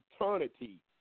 eternity